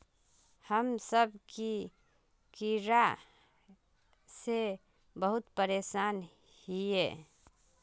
हम सब की कीड़ा से बहुत परेशान हिये?